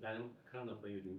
galim ekraną pajudint